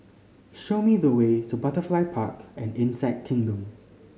show me the way to Butterfly Park and Insect Kingdom